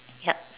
yup